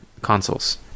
consoles